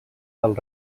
del